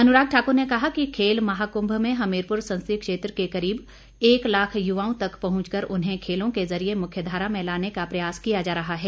अनुराग ठाकूर ने कहा कि खेल महाकूंभ में हमीरपुर संसदीय क्षेत्र के करीब एक लाख युवाओं तक पहुंच कर उन्हें खेलों के जरिए मुख्य धारा में लाने का प्रयास किया जा रहा है